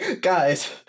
guys